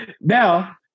Now